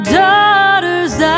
daughter's